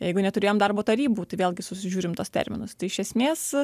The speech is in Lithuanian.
jeigu neturėjom darbo tarybų tai vėlgi susižiūrim tuos terminus tai iš esmės